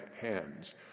hands